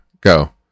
Go